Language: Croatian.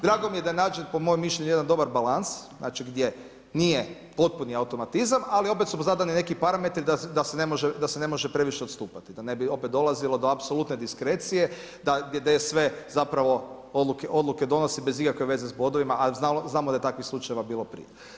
Drago mi je da je nađen po mojem mišljenju jedan dobar balans znači gdje nije potpuni automatizam, ali opet su mu zadani neki parametri da se ne može previše odstupati da ne bi opet dolazilo do apsolutne diskrecije da DSV-e zapravo odluke donosi bez ikakve veze s bodovima a znamo da je takvih slučajeva bilo prije.